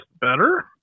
better